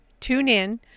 TuneIn